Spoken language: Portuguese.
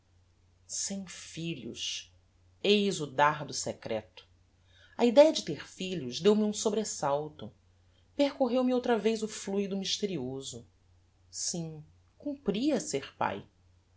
sem filhos eis o dardo secreto a idéa de ter filhos deu-me um sobresalto percorreu me outra vez o fluido mysterioso sim cumpria ser pae